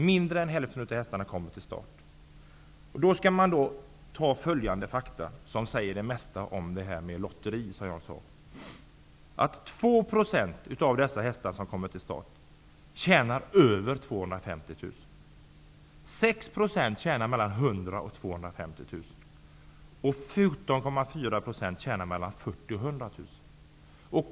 Mindre än hälften av hästarna kommer till start. Då skall man komma ihåg följande fakta, som säger det mesta om lotteri. 2 % av de hästar som kommer till start tjänar över 14,4 % tjänar 40 000--100 000 kr.